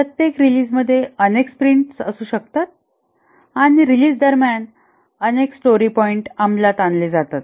प्रत्येक रीलिझमध्ये अनेक स्प्रिंट्स असू शकतात आणि रिलीझ दरम्यान अनेक स्टोरी पॉईंट अंमलात आणले जातात